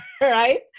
right